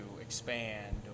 expand